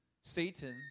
Satan